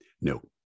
No